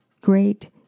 great